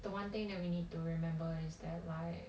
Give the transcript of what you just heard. the one thing that we need to remember is that like